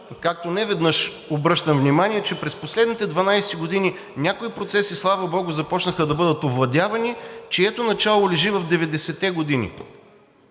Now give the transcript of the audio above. както неведнъж обръщам внимание, че през последните 12 години някои процеси, слава богу, започнаха да бъдат овладявани, чието начало лежи в 90-те години.